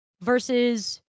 versus